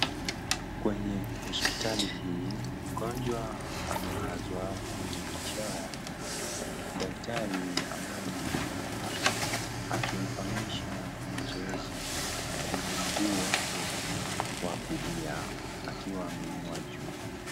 Kwenye hospitali hii, mgonjwa amelazwa kwenye majeo yake. Daktari ambaye ni mwanaume akimfanyisha mazoezi kwenye mguu wake wa kulia akiwa ameinua juu.